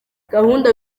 gahunda